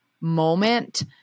moment